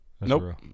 nope